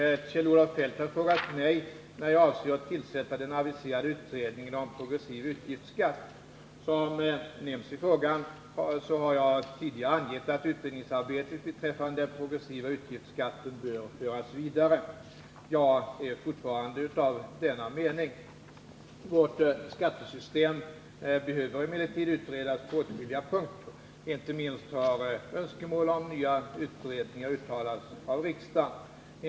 Herr talman! Kjell-Olof Feldt har frågat mig när jag avser att tillsätta den aviserade utredningen om progressiv utgiftsskatt. Som nämns i frågan har jag tidigare angett att utredningsarbetet beträffande den progressiva utgiftsskatten bör föras vidare. Jag är fortfarande av denna mening. Vårt skattesystem behöver emellertid utredas på åtskilliga punkter. Inte minst har önskemål om nya utredningar uttalats av riksdagen.